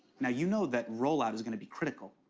now, you know that rollout is gonna be critical.